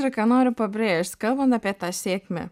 ir ką noriu pabrėžt kalbant apie tą sėkmę